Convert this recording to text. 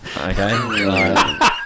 Okay